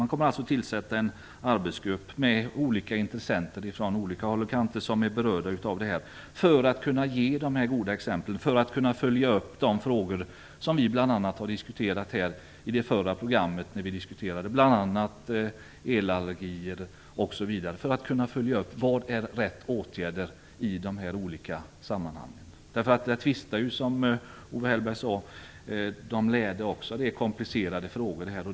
Man kommer alltså att tillsätta en arbetsgrupp med olika intressenter från olika håll och kanter som är berörda av det här för att kunna ge dessa goda exempel, för att kunna följa upp de frågor som vi bl.a. har diskuterat här i det förra programmet - när vi diskuterade bl.a. elallergier osv. - och för att kunna följa upp vad som är rätt åtgärder i de här olika sammanhangen. Som Owe Hellberg sade tvista de lärde; det här är komplicerade frågor.